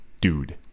dude